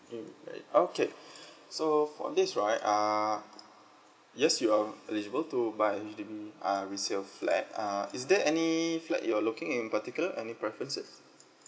um uh okay so for this right err yes you are eligible to buy a H_D_B uh resale flat uh is there any flat you're looking in particular any preferences